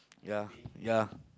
ya ya